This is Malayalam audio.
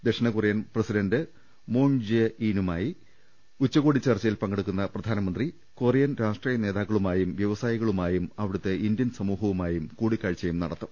ദക്ഷിണകൊറിയൻ പ്രസിഡന്റ് മൂൺ ജെ ഈ നുമായി ഉച്ചകോടി ചർച്ചയിൽ പങ്കെടുക്കുന്ന പ്രധാനമന്ത്രി കൊറിയൻ രാഷ്ട്രീയ നേതാക്കളുമായും വ്യവസായികളുമായും അവിടത്തെ ഇന്ത്യൻ സമൂഹവുമായും കൂടിക്കാഴ്ച നടത്തും